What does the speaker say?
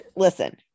listen